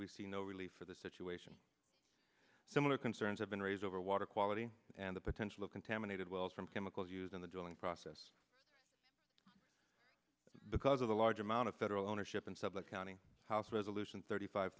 we see no relief for the situation similar concerns have been raised over water quality and the potential of contaminated wells from chemicals used in the drilling process because of the large amount of federal ownership in suffolk county house resolution thirty five